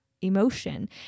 emotion